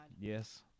Yes